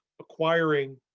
acquiring